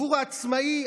עבור העצמאי,